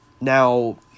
Now